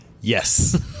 Yes